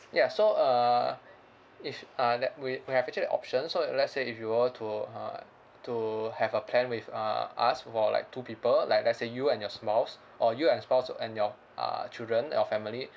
ya so uh if uh that we we have actually options so let's say if you were to uh to have a plan with uh us for like two people like let's say you and your spouse or you and your spouse and your uh children your family